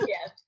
Yes